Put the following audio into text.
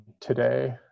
today